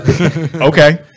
Okay